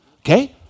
Okay